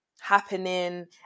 happening